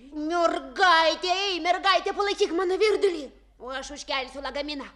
mergaitei mergaite palaikyk mano virdulį o aš užkelsiu lagaminą